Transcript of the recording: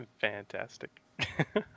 Fantastic